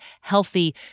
healthy